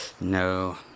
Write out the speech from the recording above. No